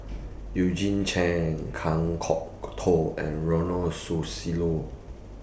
Eugene Chen Kan Kwok Toh and Ronald Susilo